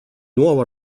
nuovo